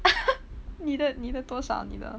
你的你的多少你的